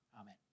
Amen